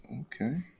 Okay